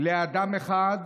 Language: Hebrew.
לאדם אחד